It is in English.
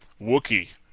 Wookie